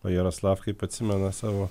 o jaroslav kaip atsimena savo